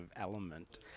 element